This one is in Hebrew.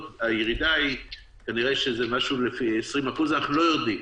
הירידה היא כנראה משהו כמו 20%. אנחנו לא יודעים.